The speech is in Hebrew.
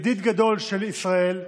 ידיד גדול של ישראל,